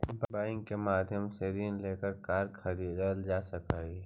bank के माध्यम से ऋण लेके कार खरीदल जा सकऽ हइ